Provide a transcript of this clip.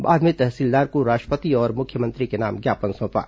बाद में तहसीलदार को राष्ट्रपति और मुख्यमंत्री के नाम ज्ञापन सौंपा